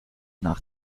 nach